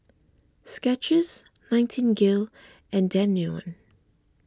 Skechers Nightingale and Danone